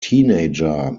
teenager